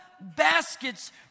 baskets